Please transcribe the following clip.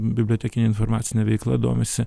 bibliotekine informacine veikla domisi